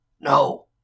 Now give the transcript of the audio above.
No